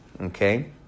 okay